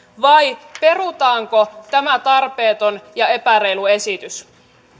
vai perutaanko tämä tarpeeton ja epäreilu esitys